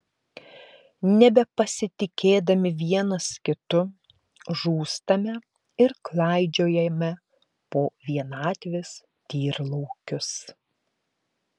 nebepasitikėdami vienas kitu žūstame ir klaidžiojame po vienatvės tyrlaukius